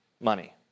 money